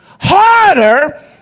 harder